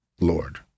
Lord